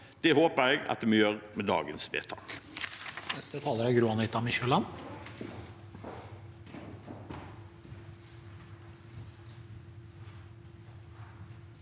Det håper jeg vi gir med dagens vedtak.